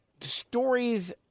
stories